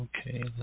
okay